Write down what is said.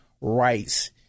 rights